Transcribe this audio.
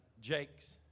Jake's